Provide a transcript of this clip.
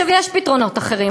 יש פתרונות אחרים.